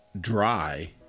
dry